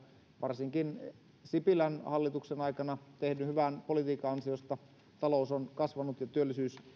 varsinkin sipilän hallituksen aikana tehdyn hyvän politiikan ansiosta talous on kasvanut ja työllisyys